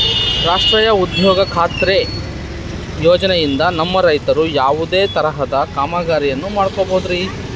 ರಾಷ್ಟ್ರೇಯ ಉದ್ಯೋಗ ಖಾತ್ರಿ ಯೋಜನೆಯಿಂದ ನಮ್ಮ ರೈತರು ಯಾವುದೇ ತರಹದ ಕಾಮಗಾರಿಯನ್ನು ಮಾಡ್ಕೋಬಹುದ್ರಿ?